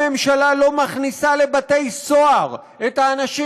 הממשלה לא מכניסה לבתי-סוהר את האנשים